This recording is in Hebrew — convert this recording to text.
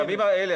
הפגמים האלה,